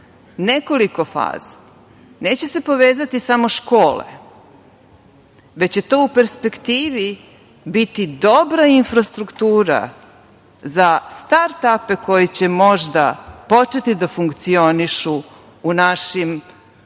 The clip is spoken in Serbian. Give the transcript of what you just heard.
nekoliko faza, neće se povezati samo škole, već će to u perspektivi biti dobra infrastruktura za startape koji će možda početi da funkcionišu u našim ruralnim